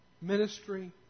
Ministry